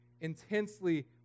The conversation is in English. intensely